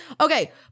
Okay